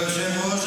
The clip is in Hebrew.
כבוד היושב-ראש,